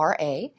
RA